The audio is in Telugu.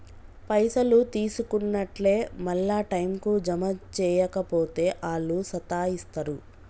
పైసలు తీసుకున్నట్లే మళ్ల టైంకు జమ జేయక పోతే ఆళ్లు సతాయిస్తరు